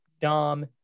Dom